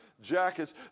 jackets